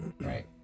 Right